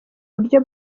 buryo